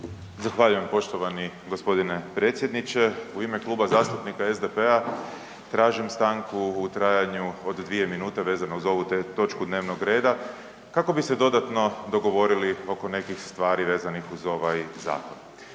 Zahvaljujem poštovani g. predsjedniče. U ime Kluba zastupnika SDP-a tražim stanku u trajanju od 2 minute, vezano uz ovu točku dnevnog reda, kako bi se dodatno dogovorili oko nekih stvari vezanih uz ovaj zakon.